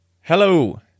Hello